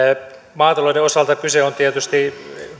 maatalouden osalta kyse on tietysti